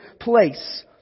place